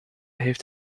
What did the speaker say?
heeft